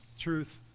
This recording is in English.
truth